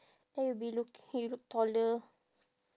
then you'll be looki~ you look taller